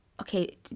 okay